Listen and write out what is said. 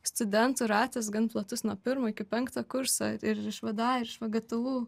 studentų ratas gan platus nuo pirmo iki penkto kurso ir iš vda ir iš vgtu